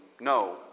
no